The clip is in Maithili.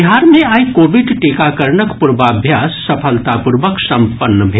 बिहार मे आइ कोविड टीकाकरणक पूर्वाभ्यास सफलता पूर्वक संपन्न भेल